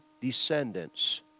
descendants